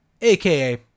aka